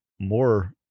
more